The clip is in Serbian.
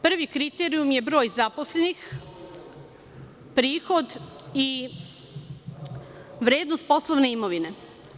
Prvi kriterijum je broj zaposlenih, prihod i vrednost poslovne imovine.